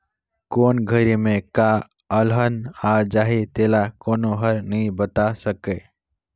कोन घरी में का अलहन आ जाही तेला कोनो हर नइ बता सकय